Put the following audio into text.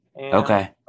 Okay